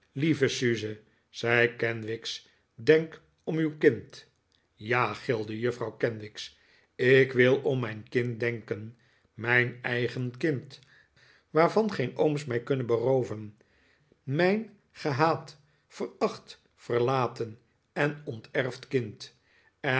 lieve suze zei kenwigs denk om uw kind ja gilde juffrouw kenwigs ik wil om mijn kind denken mijn eigen kind waarvan geen ooms mij kunnen berooven mijn gehaat veracht verlaten en onterfd kind